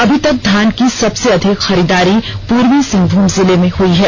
अभी तक धान की सबसे अधिक खरीददारी पूर्वी सिंहभूम जिले में हई है